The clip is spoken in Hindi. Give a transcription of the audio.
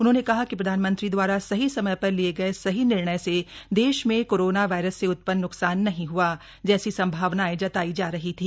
उन्होंने कहा कि प्रधानमंत्री दवारा सही समय पर लिए गए सही निर्णय से देश में कोरोना वायरस से उतना न्कसान नहीं हआ जैसी सम्भावनाएं जताई जा रही थी